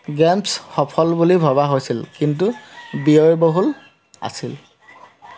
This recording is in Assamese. গে'মছ সফল বুলি ভবা হৈছিল কিন্তু ব্যয়বহুল আছিল